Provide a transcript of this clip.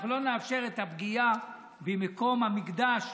אנחנו לא נאפשר את הפגיעה במקום המקדש,